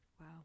wow